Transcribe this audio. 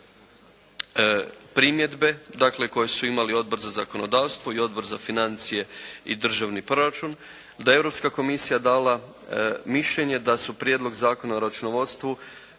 primjedbe, dakle koje su imali Odbor za zakonodavstvo i Odbor za financije i državni proračun, da je Europska Komisija dala mišljenje da su Prijedlog Zakona o računovodstvu,